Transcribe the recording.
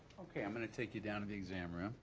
okay, i'm gonna take you down to the exam room.